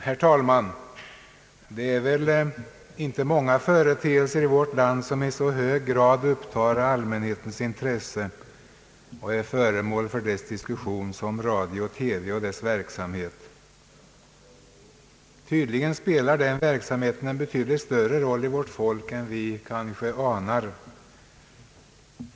Herr talman! Det är väl inte många företeelser i vårt land som i så hög grad upptar allmänhetens intresse och är föremål för dess diskussion som radio och TV och dess verksamhet. Tydligen spelar den verksamheten betydligt större roll för vårt folk än vi kanske anar.